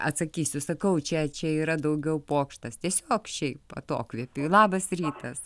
atsakysiu sakau čia čia yra daugiau pokštas tiesiog šiaip atokvėpiui labas rytas